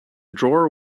drawer